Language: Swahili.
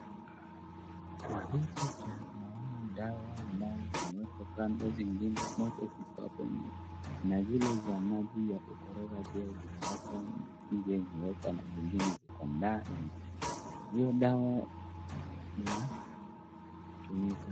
Kwa hii picha naona dawa ambazo zimewekwa kando, zingine ziko hapo nje, na zile za maji ya kukoroga pia ziko hapo nje zimewekwa, zingine ziko ndani. Hiyo dawa inatumika.